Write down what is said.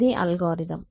ఇది అల్గోరిథం